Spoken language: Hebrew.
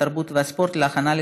התרבות והספורט נתקבלה.